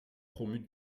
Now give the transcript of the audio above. promu